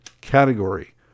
category